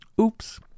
Oops